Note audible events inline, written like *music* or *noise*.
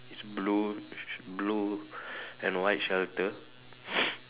is blue blue and white shelter *noise*